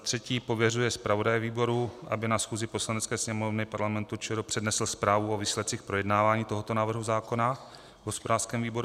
3. pověřuje zpravodaje výboru, aby na schůzi Poslanecké sněmovny Parlamentu ČR přednesl zprávu o výsledcích projednávání tohoto návrhu zákona v hospodářském výboru;